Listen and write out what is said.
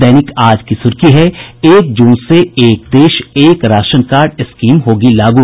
दैनिक आज की सुर्खी है एक जून से एक देश एक राशन कार्ड स्कीम होगी लागू